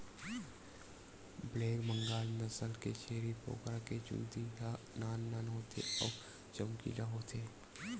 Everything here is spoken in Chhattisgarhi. ब्लैक बंगाल नसल के छेरी बोकरा के चूंदी ह नान नान होथे अउ चमकीला होथे